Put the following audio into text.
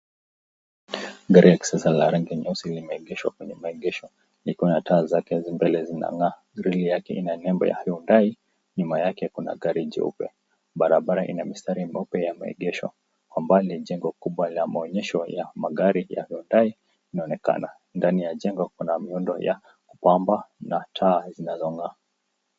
Gari la kisasa la rangi nyeusi limeegeshwa kwenye maegesho ikiwa na taa zake hizi mbele zinang'aa. [Grili] yake inanembo ya [hyundai] nyuma yake kuna gari jeupe barabara ina mstari mbovu ya maegesho kwa mbali jengo kubwa ya maonyesho ya magari ya [ hyundai] inaonekana ndani ya jengo kuna muundo ya mwamba na taa zinazong'aa.